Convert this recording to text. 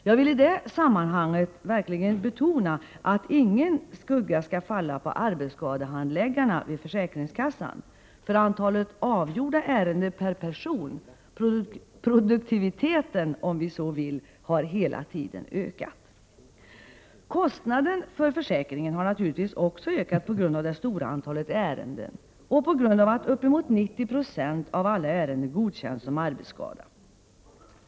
Jag vill i detta sammanhang betona att ingen skugga skall falla på arbetsskadehandläggarna vid försäkringskassan, för antalet avgjorda ärenden per person, produktiviteten om vi så vill, har hela tiden ökat. Kostnaden för försäkringen har naturligtvis också ökat på grund av det Prot. 1988/89:25 stora antalet ärenden och på grund av att uppemot 90 26 av alla ärenden 16 november 1988 godkänns som arbetsskada.